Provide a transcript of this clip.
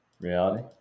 reality